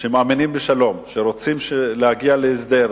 שמאמינים בשלום, שרוצים להגיע להסדר,